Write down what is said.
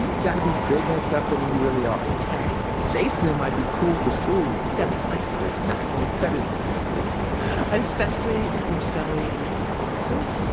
you gotta be bigger and tougher than you really are alright jason might be cool for school definitely but it's not going to cut it in a prison especially if your so cellie is kill switch?